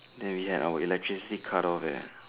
then we had our electricity cut off eh